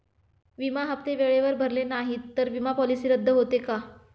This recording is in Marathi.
विमा हप्ते वेळेवर भरले नाहीत, तर विमा पॉलिसी रद्द होते का?